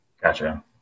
Gotcha